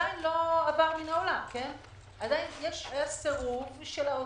שלא עבר מן העולם של האוצר,